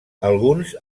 alguns